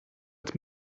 het